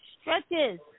stretches